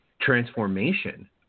transformation